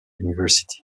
university